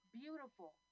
beautiful